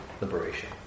liberation